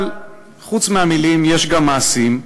אבל חוץ מהמילים יש גם מעשים.